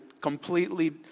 completely